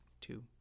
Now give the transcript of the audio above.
two